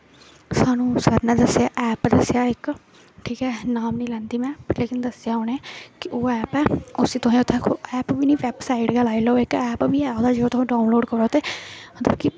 स्हानू सर ने दस्सेआ ऐप दस्सेआ इक ठीक ऐ नाम नेईं लेंदी में लैकिन दस्सेआ उन्हें ओह् ऐप ऐ उसी तुसें उत्थै खोह्लना ऐप बी नी बेब साइड गै लाई लैओ इक ऐप बी ऐ ओह् तुस डाउनलाउड करो मतलब कि